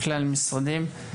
כלל המשרדים.